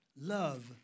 love